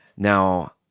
Now